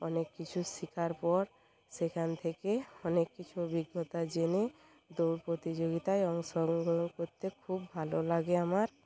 অনেক কিছু শেখার পর সেখান থেকে অনেক কিছু অভিজ্ঞতা জেনে দৌড় প্রতিযোগিতায় অংশগ্রহণ করতে খুব ভালো লাগে আমার